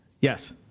Yes